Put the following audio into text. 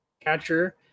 catcher